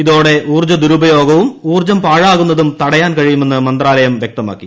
ഇതോടെ ഊർജ്ജ ദുരുപയോഗവും ഊർജ്ജം പാഴാകുന്നതും തടയാൻ കഴിയുമെന്ന് മന്ത്രാലയം വ്യക്തമാക്കി